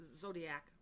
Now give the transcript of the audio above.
Zodiac